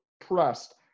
pressed